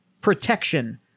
protection